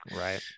Right